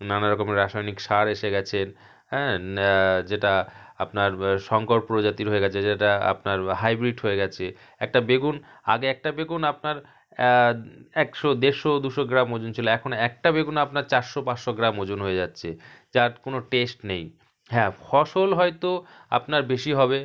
নানা রকম রাসায়নিক সার এসে গেছে হ্যাঁ যেটা আপনার শঙ্কর প্রজাতির হয়ে গেছে যে যেটা আপনার হাইব্রিড হয়ে গেছে একটা বেগুন আগে একটা বেগুন আপনার একশো দেড়শো দুশো গ্রাম ওজন ছিলো এখন একটা বেগুন আপনার চারশো পাঁচশো গ্রাম ওজন হয়ে যাচ্ছে যার কোনো টেস্ট নেই হ্যাঁ ফসল হয়তো আপনার বেশি হবে